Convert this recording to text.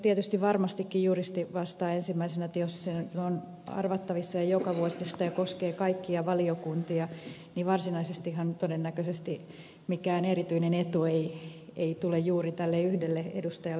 no nyt juristi vastaa ensimmäisenä tietysti että jos se on arvattavissa ja jokavuotista ja koskee kaikkia valiokuntia niin varsinaisestihan todennäköisesti mikään erityinen etu ei tule juuri tälle yhdelle edustajalle